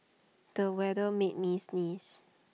the weather made me sneeze